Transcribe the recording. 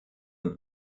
und